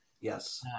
Yes